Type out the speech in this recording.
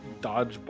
dodgeball